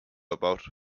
about